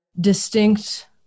distinct